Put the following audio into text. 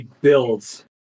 builds